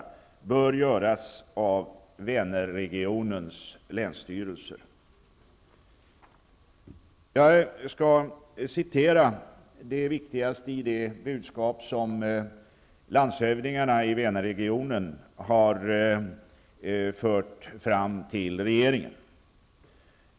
Det bör göras av Vänerregionens länsstyrelser. Jag skall citera det viktigaste i det budskap som landshövdingarna i Vänerregionen har fört fram till regeringen.